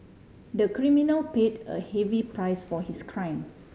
the criminal paid a heavy price for his crime